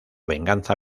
venganza